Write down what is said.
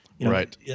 Right